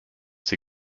sie